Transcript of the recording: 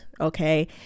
Okay